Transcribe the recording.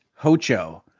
Hocho